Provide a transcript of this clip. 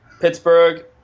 Pittsburgh